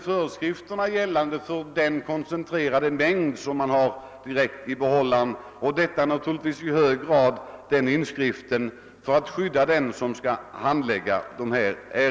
Föreskriften gäller självfallet för den koncentrerade mängd som förvaras i den ursprungliga behållaren och är avsedd att skydda den som skall hantera medlet.